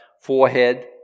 forehead